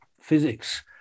physics